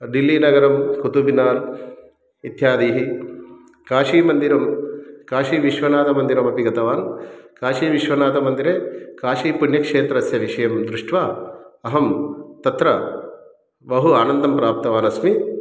डिल्लीनगरं कुतुब् मिनार् इत्यादीनि काशीमन्दिरं काशीविश्वनाथमन्दिरमपि गतवान् काशीविश्वनाथमन्दिरे काशी पुण्यक्षेत्रस्य विषयं दृष्ट्वा अहं तत्र बहु आनन्दं प्राप्तवानस्मि